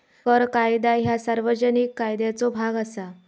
कर कायदा ह्या सार्वजनिक कायद्याचो भाग असा